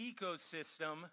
ecosystem